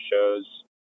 shows